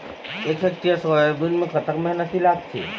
एक hectare soybean म कतक मेहनती लागथे?